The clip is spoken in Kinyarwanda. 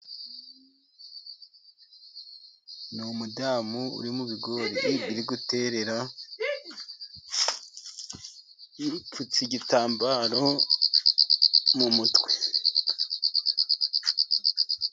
Ni umudamu uri mu bigori biri guterera, yipfutse igitambaro mu mutwe.